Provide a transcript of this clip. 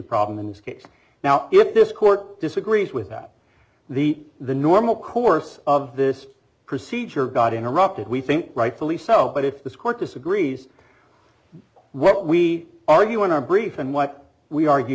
case now if this court disagrees with that the the normal course of this procedure got interrupted we think rightfully so but if this court disagrees what we argue in our brief and what we argue